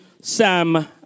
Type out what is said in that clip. Sam